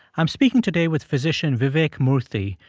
i'm speaking today with physician vivek murthy,